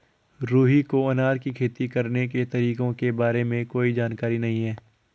रुहि को अनार की खेती करने के तरीकों के बारे में कोई जानकारी नहीं है